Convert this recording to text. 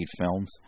films